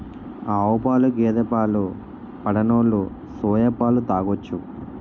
ఆవుపాలు గేదె పాలు పడనోలు సోయా పాలు తాగొచ్చు